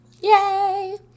Yay